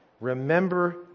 Remember